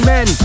Men